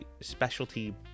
specialty